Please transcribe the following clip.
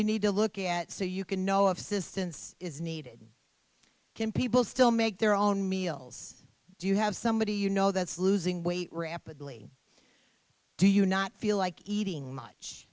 you need to look at so you can know if assistance is needed can people still make their own meals do you have somebody you know that's losing weight rapidly do you not feel like eating much